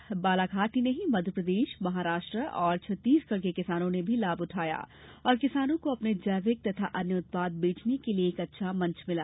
इस मेले का बालाघाट ही नहीं मध्यप्रदेश महाराष्ट्र एवं छत्तीसगढ़ के किसानों ने भी लाभ उठाया और किसानों को अपने जैविक तथा अन्य उत्पाद बेचने के लिए एक अच्छा मंच मिला